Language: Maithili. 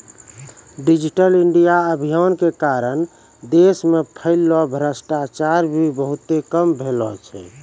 डिजिटल इंडिया अभियान के कारण देश मे फैल्लो भ्रष्टाचार भी बहुते कम भेलो छै